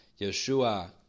Yeshua